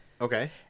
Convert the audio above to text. Okay